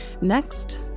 Next